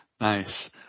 nice